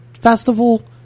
festival